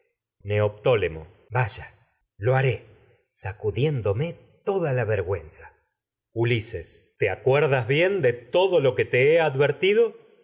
neoptólemo yaya lo haré sacudiéndome toda la vergüenza tragedias det sófocles ulises te acuerdas bien de todo lo que te he advertido